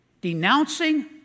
denouncing